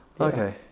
okay